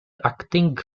acting